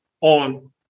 on